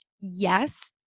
yes